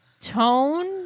Tone